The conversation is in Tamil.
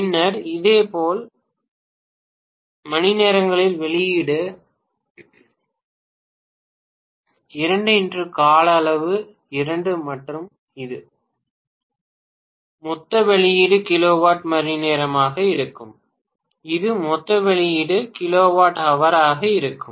பின்னர் இதேபோல் மணிநேரங்களில் வெளியீடு 2 x கால அளவு 2 மற்றும் இது இது மொத்த வெளியீடு கிலோவாட் மணிநேரமாக இருக்கும் இது மொத்த வெளியீடு kWh ஆக இருக்கும்